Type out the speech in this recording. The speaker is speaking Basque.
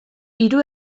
hiru